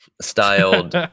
Styled